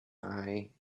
eye